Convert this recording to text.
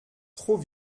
trop